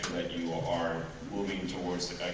you are moving towards to